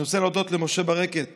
אני רוצה להודות למשה ברקת